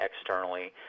externally